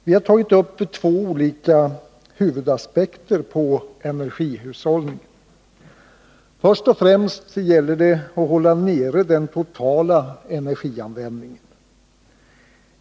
Vi har tagit upp två olika huvudaspekter på energihushållning: Först och främst gäller det att hålla nere den totala energianvändningen.